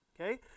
okay